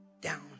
down